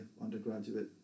undergraduate